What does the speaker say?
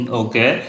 okay